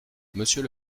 monsieur